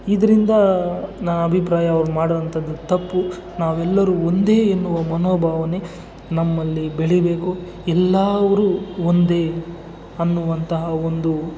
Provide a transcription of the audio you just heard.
ಇದರಿಂದ ನ ಅಭಿಪ್ರಾಯ ಅವರು ಮಾಡುವಂಥದ್ದು ತಪ್ಪು ನಾವೆಲ್ಲರೂ ಒಂದೇ ಎನ್ನುವ ಮನೋಭಾವನೆ ನಮ್ಮಲ್ಲಿ ಬೆಳೀಬೇಕು ಎಲ್ಲರೂ ಒಂದೇ ಅನ್ನುವಂತಹ ಒಂದು